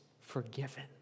forgiven